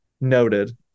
Noted